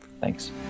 Thanks